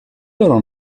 loro